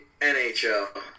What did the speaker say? NHL